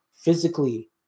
physically